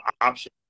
option